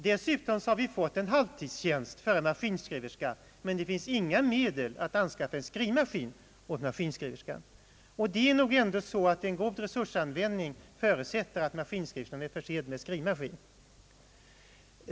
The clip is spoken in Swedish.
Dessutom har vi fått en halvtidstjänst för en maskinskriverska, men det finns inga medel för att anskaffa en skrivmaskin åt maskinskriverskan. Det är nog ändå så, att en god resursanvändning förutsätter att maskinskriverskan är försedd med skrivmaskin!